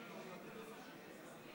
הוא בטלפון.